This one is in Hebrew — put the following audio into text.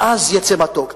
מעז יצא מתוק.